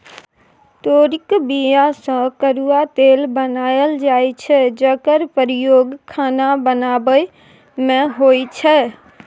तोरीक बीया सँ करुआ तेल बनाएल जाइ छै जकर प्रयोग खाना बनाबै मे होइ छै